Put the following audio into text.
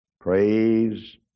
Praise